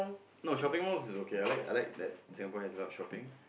no shopping malls is okay I like that Singapore has a lot of shopping